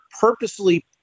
purposely